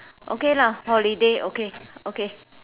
okay lah holiday okay okay